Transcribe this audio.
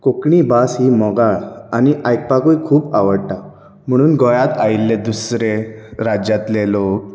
कोंकणी भास ही मोगाळ आनी आयकपाकूय खूब आवडटा म्हणून गोंयांत आयिल्ले दुसरे राज्यातले लोक